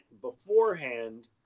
beforehand